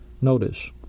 Notice